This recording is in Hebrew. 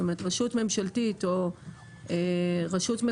רשות ממשלתית או מקומית,